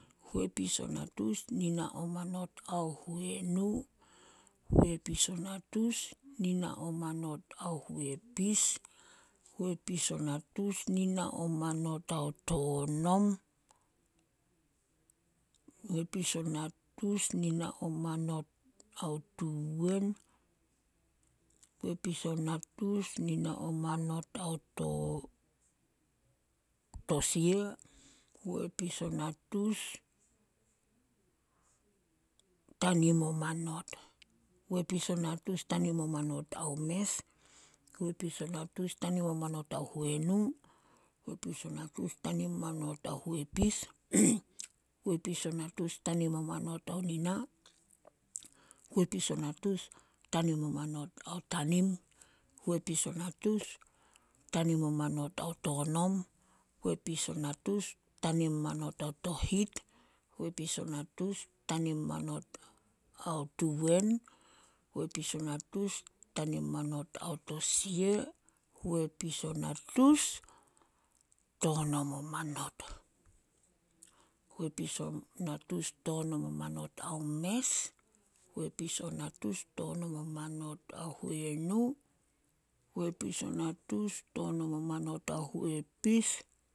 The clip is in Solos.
﻿Huepis o natus nina o manot ao huenu, huepis o natus nina o manot ao huepis, huepis o natus nina o manot ao tonom, huepis o natus nina o manot ao tuwen, huepis o natus nina o manot ao to- tosia, huepis o natus tanim o manot. Huepis o natus tanim o manot ao mes, huepis o natus tanim o manot ao huenu, huepis o natus tanim o manot ao huepis, huepis o natus tanim o manot ao nina, huepis o natus tanim o manot ao tanim, huepis o natus tanim o manot ao tonom, huepis o natus tanim o manot ao tohit, huepis o natus tanim o manot ao tuwen, huepis o natus tanim o manot ao tosia, huepis o natus tonom o manot, huepis o natus tonom o manot ao mes, huepis o natus tonom o manot ao huenu, huepis a natus tonom a manot ao huepis.